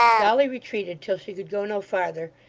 dolly retreated till she could go no farther,